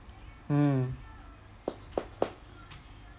mm